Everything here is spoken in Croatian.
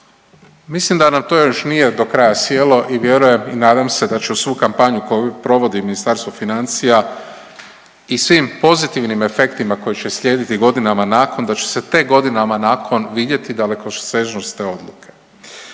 Mislim da nam to još nije do kraja sjelo i vjerujem i nadam se da će svu kampanju koju provodi Ministarstvo financija i svim pozitivnim efektima koji će slijediti godinama nakon, da će se tek godinama nakon vidjeti dalekosežnost te odluke.